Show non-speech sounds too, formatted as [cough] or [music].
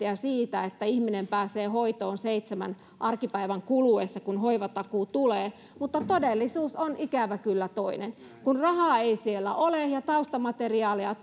[unintelligible] ja siitä että ihminen pääsee hoitoon seitsemän arkipäivän kuluessa kun hoivatakuu tulee mutta todellisuus on ikävä kyllä toinen rahaa ei siellä ole ja kun taustamateriaaleja [unintelligible]